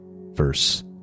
verse